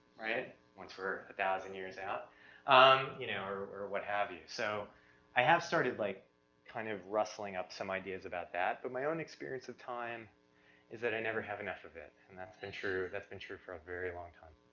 right? once we're a thousand years out um you know or what have you. so i have started like kind of rustling up some ideas about that, but my own experience of time is that i never have enough of it, and that's been true, that's been true for a very long time.